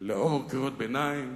לאור קריאות ביניים,